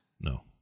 No